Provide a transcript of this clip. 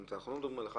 אנחנו לא מדברים על אחד